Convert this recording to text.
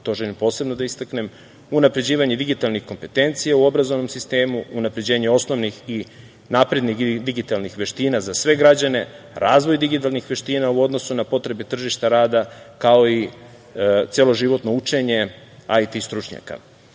to želim posebno da istaknem, unapređivanje digitalnih kompetencija u obrazovnom sistemu, unapređenje osnovnih i naprednih digitalnih veština za sve građane, razvoj digitalnih veština u odnosu na potrebe tržišta rada, kao i celoživotno učenje IT stručnjaka. Tako